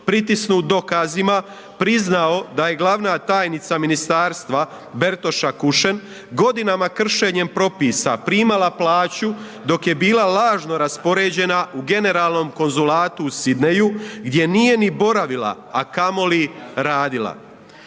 pritisnut dokazima, priznao da je glavna tajnica ministarstva Bertoša Kušen, godinama kršenje propisa, primala plaću dok je bila lažno raspoređena u generalnom konzulatu u Sydneyju gdje nije ni boravila a kamoli radila.